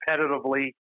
competitively